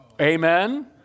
Amen